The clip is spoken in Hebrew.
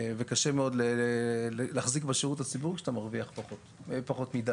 וקשה מאוד להחזיק בשירות הציבורי כשאתה מרוויח פחות מדי.